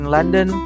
London